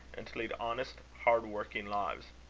and to lead honest, hard-working lives.